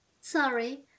Sorry